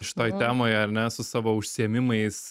šitoj temoje ar ne su savo užsiėmimais